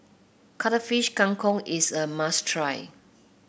Cuttlefish Kang Kong is a must try